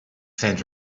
saint